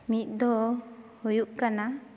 ᱢᱤᱫ ᱫᱚ ᱦᱩᱭᱩᱜ ᱠᱟᱱᱟ